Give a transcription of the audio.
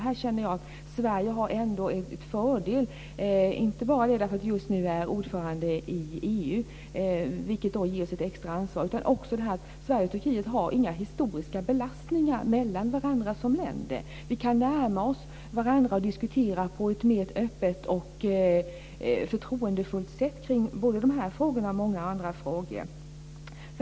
Här känner jag att Sverige ändå har en fördel inte bara därför att man just nu är ordförande i EU, vilket ger ett extra ansvar, utan också därför att Sverige och Turkiet inte har några historiska belastningar mellan varandra som länder. Vi kan närma oss varandra och diskutera på ett mer öppet och förtroendefullt sätt kring både dessa frågor och många andra frågor.